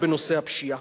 נושא הפשיעה.